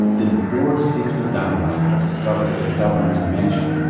then, four sticks of dynamite are discovered at the governor's mansion.